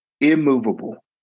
immovable